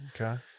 Okay